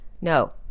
no